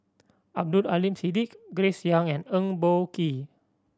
Abdul Aleem Siddique Grace Young and Eng Boh Kee